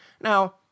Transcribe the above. now